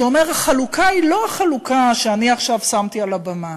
שאומר: החלוקה היא לא החלוקה שאני עכשיו שמתי על הבמה,